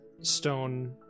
stone